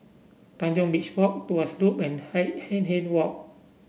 Tanjong Beach Walk Tuas Loop and Hindhede Walk